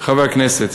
חברי הכנסת,